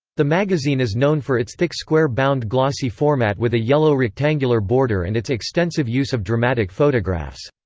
the magazine is known for its thick square-bound glossy format with a yellow rectangular border and its extensive use of dramatic photographs.